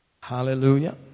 Hallelujah